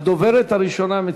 הדוברת הראשונה,